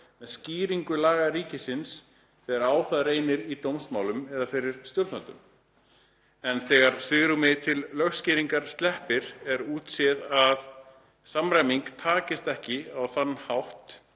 með skýringu laga ríkisins þegar á það reynir í dómsmálum eða fyrir stjórnvöldum, en þegar svigrúmi til lögskýringar sleppir og útséð er að samræming takist ekki á þann hátt